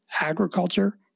agriculture